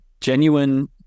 genuine